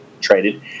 traded